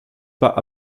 pas